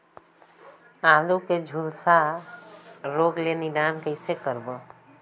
आलू के झुलसा रोग ले निदान कइसे करबो?